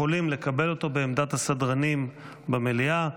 יכולים לקבל אותו בעמדת הסדרנים במליאה.